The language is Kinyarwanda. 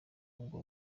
ubwo